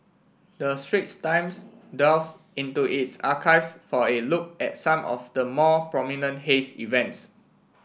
the Straits Times delves into its archives for a look at some of the more prominent haze events